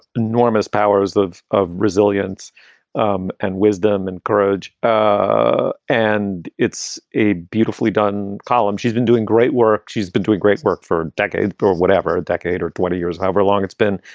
enormous powers of of resilience um and wisdom and courage, ah and it's a beautifully done column, she's been doing great work, she's been doing great work for a decade or whatever, a decade or twenty years, however long it's been.